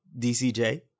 DCJ